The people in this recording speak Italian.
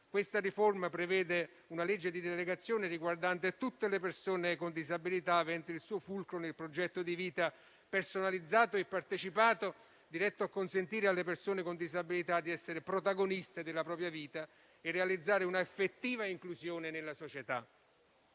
La riforma prevede una legge di delegazione riguardante tutte le persone con disabilità avente il suo fulcro nel progetto di vita personalizzato e partecipato diretto a consentire alle persone con disabilità di essere protagonisti della propria vita e realizzare un'effettiva inclusione nella società.